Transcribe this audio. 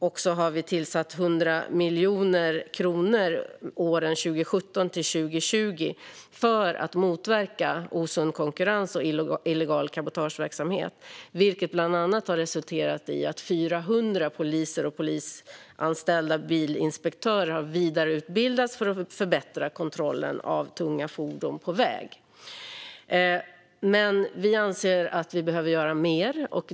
Vi har också tillfört 100 miljoner kronor för åren 2017-2020 för att motverka osund konkurrens och illegal cabotageverksamhet, vilket bland annat har resulterat i att 400 poliser och polisanställda bilinspektörer har vidareutbildats för att förbättra kontrollen av tunga fordon på väg. Men vi anser att vi behöver göra mer.